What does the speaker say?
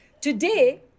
Today